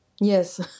yes